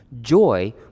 joy